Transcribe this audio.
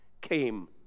came